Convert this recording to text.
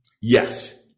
Yes